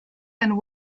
and